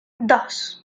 dos